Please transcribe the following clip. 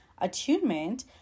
attunement